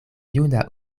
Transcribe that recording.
juna